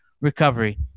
recovery